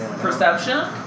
perception